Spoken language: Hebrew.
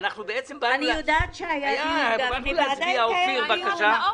אני יודעת שהיה דיון, גפני, ועדיין מתקיים דיון.